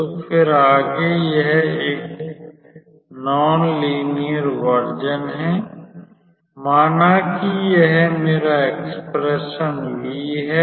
तो फिर आगे यह एक गैर रैखिक संस्करण है माना कि यह हमारा व्यंजक V है